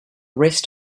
rest